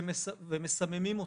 ומסממים אותם.